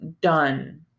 done